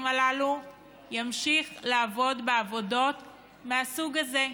הללו ימשיך לעבוד בעבודות מהסוג הזה.